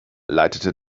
leitete